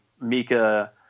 Mika